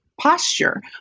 posture